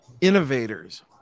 innovators